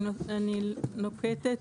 מילכה,